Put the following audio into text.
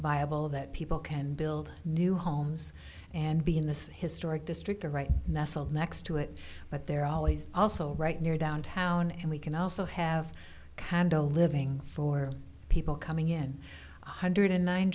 viable that people can build new homes and be in this historic district right nestled next to it but they're always also right near downtown and we can also have condo living for people coming in one hundred